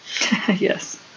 yes